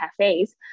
cafes